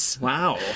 Wow